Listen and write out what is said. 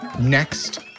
Next